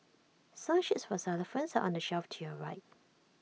song sheets for xylophones are on the shelf to your right